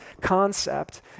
concept